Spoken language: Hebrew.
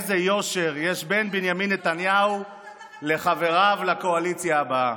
איזה יושר בין בנימין נתניהו לחבריו לקואליציה הבאה.